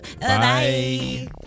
Bye